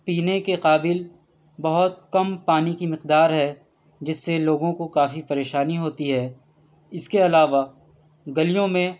پینے کے قابل بہت کم پانی کی مقدار ہے جس سے لوگوں کو کافی پریشانی ہوتی ہے اس کے علاوہ گلیوں میں